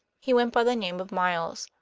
he went by the name of miles.